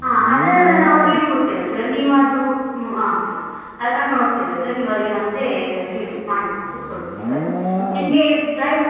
ಹಾಂ ಅದನ್ನೆಲ್ಲ ನಾವು ಹೇಳಿ ಕೊಡ್ತೇವೆ ಸರ್ ನೀವು ಅದು ಹಾಂ ಸರ್ ಕರ್ಕೊಂಡು ಹೋಗ್ತೇವೆ ಸರ್ ನೀವು ಅಲ್ಲಿ ಮತ್ತೆ ಹೇಳಿ ಮಾಡಿ ಕೂತ್ಕೊಳ್ಬೌದು ಸರ್ ನಿಮಗೆ ಡ್ರೈವ್